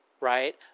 right